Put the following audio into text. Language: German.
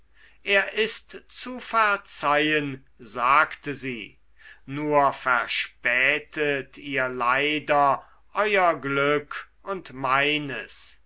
er ist zu verzeihen sagte sie nur verspätet ihr leider euer glück und meines